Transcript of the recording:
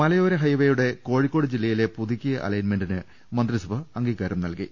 മലയോര ഹൈവേയുടെ കോഴിക്കോട് ജില്ലയിലെ പുതുക്കിയ അലൈൻമെന്റിന് മന്ത്രിസഭ അംഗീകാരം നൽകി